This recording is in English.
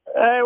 Hey